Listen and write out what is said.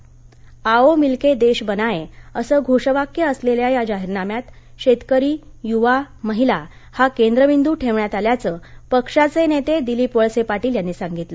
आओ मिलके देश बनायें असं घोषवाक्य असलेल्या या जाहीरनाम्यात शेतकरी यूवा महिला हा केंद्रबिंदू ठेवण्यात आल्याचं पक्षाचे नेते दिलीप वळसे पाटील यांनी सांगितलं